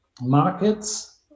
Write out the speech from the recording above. markets